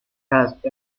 passed